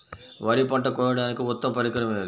వరి పంట కోయడానికి ఉత్తమ పరికరం ఏది?